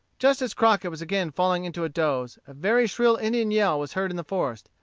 just as crockett was again falling into a doze, a very shrill indian yell was heard in the forest,